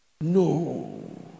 No